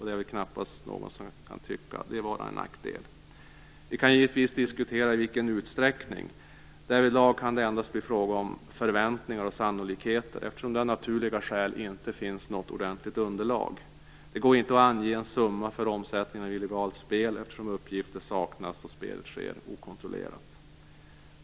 Det är väl knappast någon som tycker att det är en nackdel - vi kan givetvis diskutera i vilken utsträckning. Därvidlag kan det endast bli fråga om förväntningar och sannolikheter, eftersom det av naturliga skäl inte finns något ordentligt underlag. Det går inte att ange en summa för omsättningen av illegalt spel, eftersom uppgifter saknas och spelet sker okontrollerat.